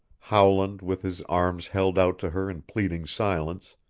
howland with his arms held out to her in pleading silence,